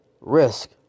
risk